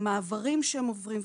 המעברים שהם עוברים,